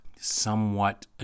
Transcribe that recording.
somewhat